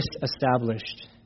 disestablished